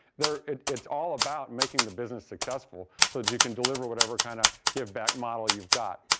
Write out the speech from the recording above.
there it's all about making the business successful, so that you can deliver whatever kind of give back model you've got.